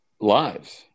lives